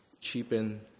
cheapen